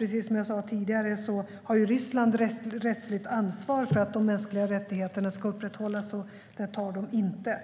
Precis som jag sa tidigare har Ryssland enligt Europadomstolens praxis ett rättsligt ansvar för att de mänskliga rättigheterna upprätthålls. Det ansvaret tar man inte.